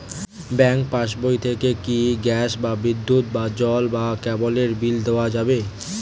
Bank পাশবই থেকে কি গ্যাস বা বিদ্যুৎ বা জল বা কেবেলর বিল দেওয়া যাবে?